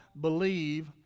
believe